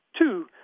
Two